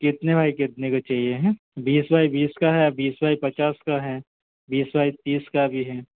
कितने बाइ कितने को चाहिए हैं बीस बाइ बीस का है बीस बाइ पचास का है बीस बाइ तीस का भी है